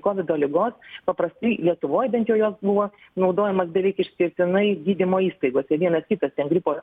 kovido ligos paprastai lietuvoj bent jau jos buvo naudojamos beveik išskirtinai gydymo įstaigose vienas kitas ten gripo